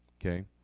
Okay